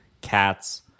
cats